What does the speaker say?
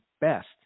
best